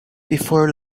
before